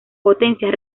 potencias